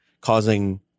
causing